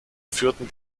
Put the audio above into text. führten